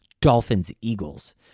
Dolphins-Eagles